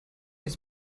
ist